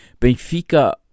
Benfica